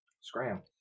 Scram